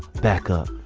back up,